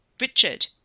Richard